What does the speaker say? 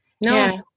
No